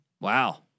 Wow